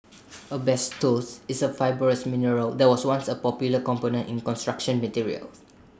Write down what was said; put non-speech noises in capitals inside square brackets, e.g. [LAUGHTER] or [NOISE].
[NOISE] asbestos is A fibrous mineral that was once A popular component in construction materials